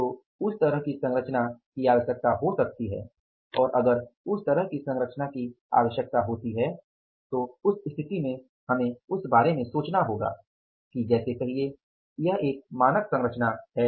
तो उस तरह की संरचना की आवश्यकता हो सकती है और अगर उस तरह की संरचना की आवश्यकता होती है तो उस स्थिति में हमें उस बारे में सोचना होगा कि जैसे कहिये कि यह एक मानक संरचना है